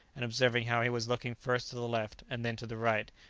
and observing how he was looking first to the left, and then to the right,